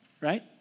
right